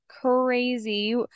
crazy